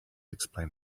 explain